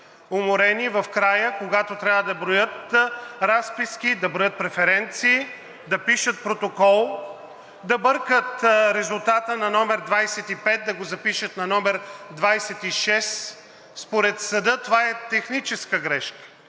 уморени, в края, когато трябва да броят разписки, да броят преференции, да пишат протокол, да бъркат резултата – на № 25 да го запишат на № 26. Според съда това е техническа грешка.